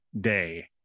day